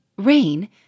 Rain